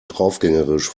draufgängerisch